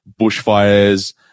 bushfires